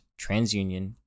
TransUnion